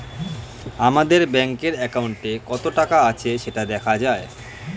আমাদের ব্যাঙ্কের অ্যাকাউন্টে কত টাকা আছে সেটা দেখা যায়